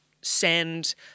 send